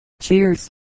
Cheers